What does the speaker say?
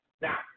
Now